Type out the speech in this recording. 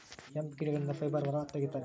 hemp ಗಿಡಗಳಿಂದ fibre ಹೊರ ತಗಿತರೆ